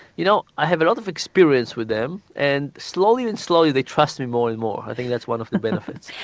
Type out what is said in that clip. you know i have a lot of experience with them and slowly and slowly they trust me more and more. i think that's one of the benefits.